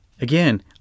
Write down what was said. Again